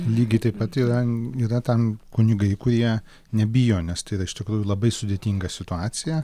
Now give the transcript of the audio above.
lygiai taip pat yra yra ten kunigai kurie nebijo nes tai yra iš tikrųjų labai sudėtinga situacija